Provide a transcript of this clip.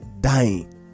dying